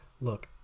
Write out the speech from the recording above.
Look